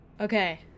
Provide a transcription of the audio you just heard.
Okay